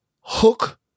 Hook